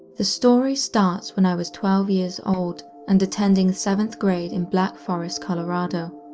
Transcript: the story starts when i was twelve years old and attending seventh grade in black forest colorado.